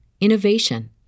innovation